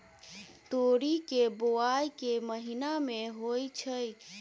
तोरी केँ बोवाई केँ महीना मे होइ छैय?